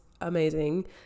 amazing